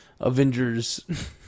Avengers